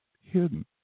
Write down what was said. hidden